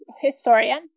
historian